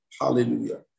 Hallelujah